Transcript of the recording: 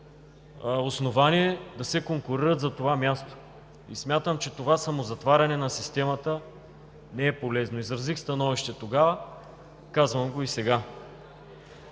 основания да се конкурират за това място. Смятам, че това самозатваряне на системата не е полезно. Изразих становище тогава, казвам го и сега.